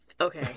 okay